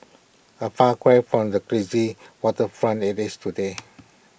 A far cry from the glitzy waterfront IT is today